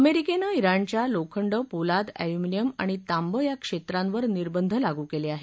अमेरिकेनं ज्ञाणच्या लोखंड पोलाद एल्युमिनियम आणि तांबं या क्षेत्रांवर निर्दंध लागू केले आहेत